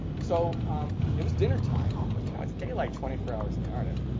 so it was dinner time. but you know it's daylight twenty four hours in the arctic.